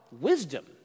wisdom